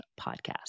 podcast